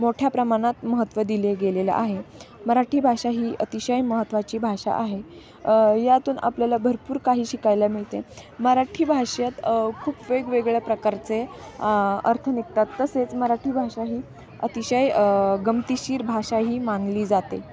मोठ्या प्रमाणत महत्त्व दिले गेलेलं आहे मराठी भाषा ही अतिशय महत्त्वाची भाषा आहे यातून आपल्याला भरपूर काही शिकायला मिळते मराठी भाषेत खूप वेगवेगळ्या प्रकारचे अर्थ निघतात तसेच मराठी भाषा ही अतिशय गंमतिशीर भाषा ही मानली जाते